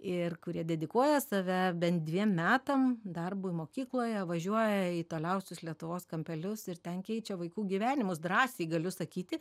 ir kurie dedikuoja save bent dviem metam darbui mokykloje važiuoja į toliausius lietuvos kampelius ir ten keičia vaikų gyvenimus drąsiai galiu sakyti